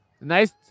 Nice